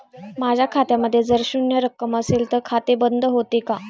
माझ्या खात्यामध्ये जर शून्य रक्कम असेल तर खाते बंद होते का?